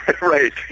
Right